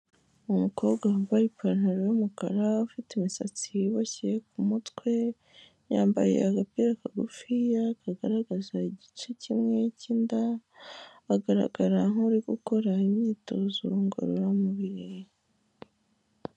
Umukobwa wambaye ipantaro y'umukara ufite imisatsi iboshye ku mutwe, yambaye agapira kagufiya kagaragaza igice kimwe cy'inda, agaragara nk'uri gukora imyitozo ngororamubiri.